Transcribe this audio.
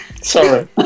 Sorry